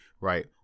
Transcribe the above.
right